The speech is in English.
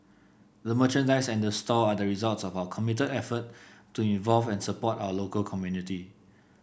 the merchandise and the store are the results of our committed effort to involve and support our local community